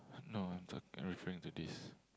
no I'm talk I'm referring to this